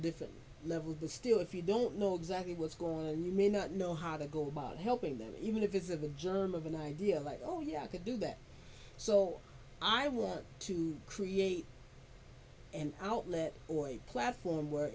different levels the still if you don't know exactly what's going on you may not know how to go about helping them even if it's of a germ of an idea like oh yeah i could do that so i want to create an outlet or a platform where